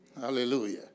Hallelujah